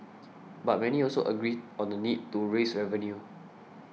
but many also agree on the need to raise revenue